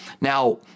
Now